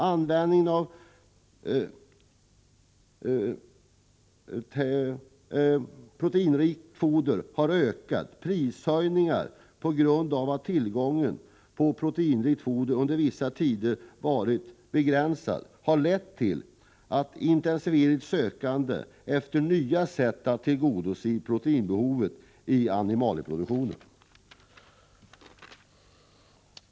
Användningen av proteinrikt foder har ökat. Prishöjningar på grund av att tillgången på proteinrikt foder under vissa tider varit begränsad har lett till ett intensifierat sökande efter nya sätt att tillgodose proteinbehovet i animalieproduktionen.